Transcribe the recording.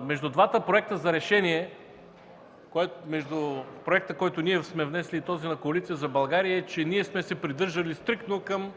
между двата проекта за решение – проектът, който ние сме внесли, и този на Коалиция за България – е, че ние сме се придържали стриктно към